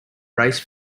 race